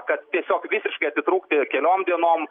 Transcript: kad tiesiog visiškai atitrūkti keliom dienom